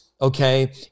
okay